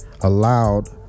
Allowed